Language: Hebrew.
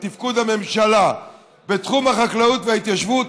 תפקוד הממשלה בתחום החקלאות וההתיישבות,